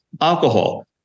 Alcohol